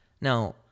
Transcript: Now